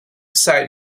site